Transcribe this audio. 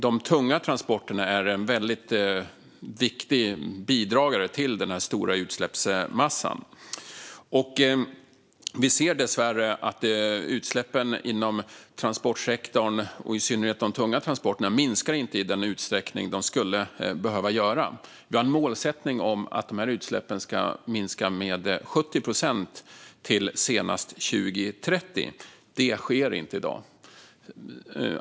De tunga transporterna är en viktig bidragare till den stora utsläppsmassan. Vi ser dessvärre att utsläppen inom transportsektorn, i synnerhet de tunga transporterna, inte minskar i den utsträckning som de skulle behöva göra. Vi har målsättningen att utsläppen ska minska med 70 procent till senast 2030. Det sker inte i dag.